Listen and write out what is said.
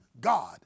God